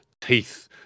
teeth